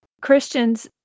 Christians